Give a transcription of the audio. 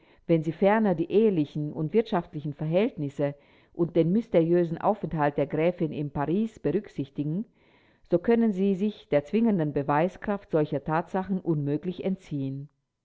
wenn sie ferner die ehelichen und wirtschaftlichen verhältnisse und den mysteriösen aufenthalt der gräfin in paris berücksichtigen so können sie sich der zwingenden beweiskraft solcher tatsachen unmöglich entziehen